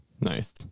Nice